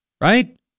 right